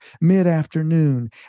mid-afternoon